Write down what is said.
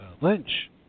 Lynch